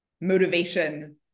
motivation